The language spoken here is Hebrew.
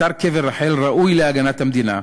אתר קבר רחל ראוי להגנת המדינה,